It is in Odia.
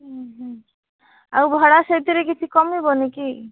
ଉଁ ହୁଁ ଆଉ ଭଡ଼ା ସେଥିରେ କିଛି କମିବନି କି